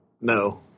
No